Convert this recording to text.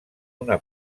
una